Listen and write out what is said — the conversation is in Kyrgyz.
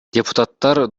депутаттар